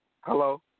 Hello